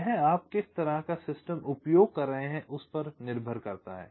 यह आप किस तरह का सिस्टम उपयोग कर रहे हैं उस पर निर्भर करता है